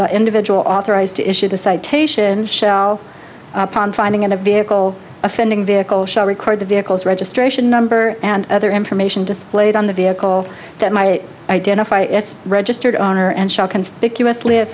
the individual authorized to issue the citation shall ponder ending in a vehicle offending vehicle shall record the vehicles registration number and other information displayed on the vehicle that my identify its registered owner and shall conspicuous live